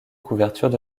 couvertures